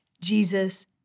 Jesus